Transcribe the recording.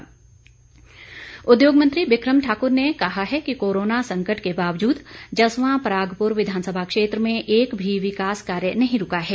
बिक्रम ठाकुर उद्योग मंत्री बिक्रम ठाक्र ने कहा है कि कोरोना संकट के बावजूद जसवां परागपुर विधानसभा क्षेत्र में एक भी विकास कार्य नहीं रूका है